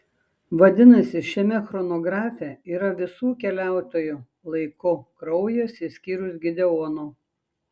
vadinasi šiame chronografe yra visų keliautojų laiku kraujas išskyrus gideono